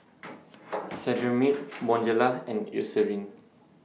Cetrimide Bonjela and Eucerin